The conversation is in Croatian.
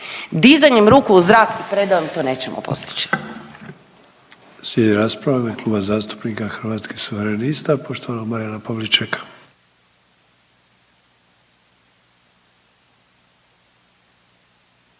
Dizanjem ruku u zrak i predajom to nećemo postići.